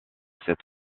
cette